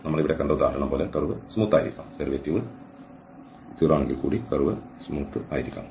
നമ്മൾ ഇവിടെ കണ്ട ഉദാഹരണം പോലെ കർവ് സ്മൂത്ത് ആയിരിക്കാം